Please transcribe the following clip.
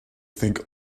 think